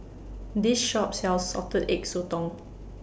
This Shop sells Salted Egg Sotong